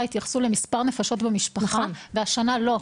התייחסו למספר הנפשות במשפחה והשנה לא.